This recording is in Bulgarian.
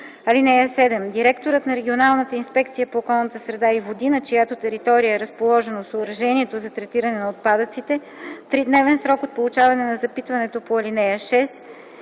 (7) Директорът на регионалната инспекция по околната среда и води, на чиято територия е разположено съоръжението за третиране на отпадъците, в тридневен срок от получаване на запитването по ал. 6